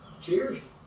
Cheers